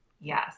Yes